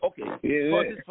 Okay